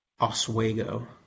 Oswego